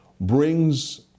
brings